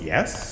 Yes